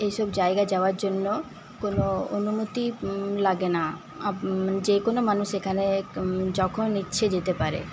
এই সব জায়গা যাওয়ার জন্য কোন অনুমতি লাগে না আপ যে কোন মানুষ এখানে যখন ইচ্ছে যেতে পারে